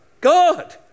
God